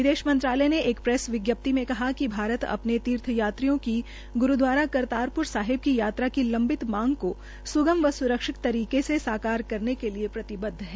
विदेश मंत्रालय ने एक प्रैस विज्ञाप्ति में कहा है कि भारत अपने तीर्थ यात्रियों की गुरूद्वारा करतार पुर साहिब की यात्रा की लम्बित मांग को सुगम व सुरक्षित तरीके से साकार करने के लिये प्रतिबद्व है